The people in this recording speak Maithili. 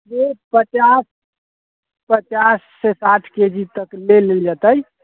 जे पचास पचाससँ साठि के जी तक ले लेल जेतै